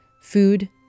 Food